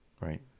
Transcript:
Right